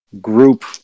group